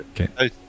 Okay